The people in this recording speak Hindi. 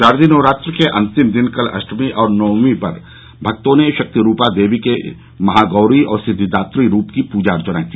शारदीय नवरात्र के अंतिम दिन कल अष्टमी और नवमी पर भक्तों ने शक्तिरूपा देवी के महागौरी और सिद्विदात्री रूप की पूजा अर्चना की